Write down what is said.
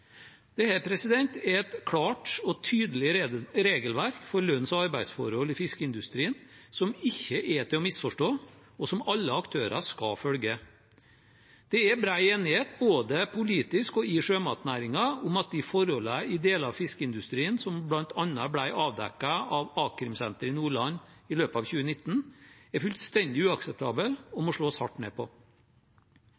Det er et klart og tydelig regelverk for lønns- og arbeidsforhold i fiskeindustrien, som ikke er til å misforstå, og som alle aktører skal følge. Det er bred enighet både politisk og i sjømatnæringen om at de forholdene i deler av fiskeindustrien som bl.a. ble avdekket av a-krimsenteret i Nordland i løpet av 2019, er fullstendig uakseptable og